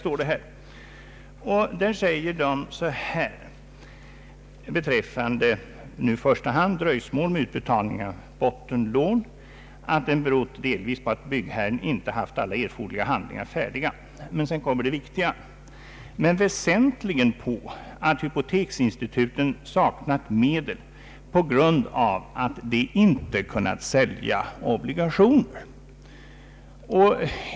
Gruppen säger beträffande i första hand dröjsmål med utbetalning av bottenlån att det delvis beror på att byggherren inte haft alla erforderliga handlingar färdiga men — och här kommer det viktiga — ”väsentligen på att hypoteksinstituten saknat medel på grund av att de inte kunnat sälja obligationer”.